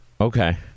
Okay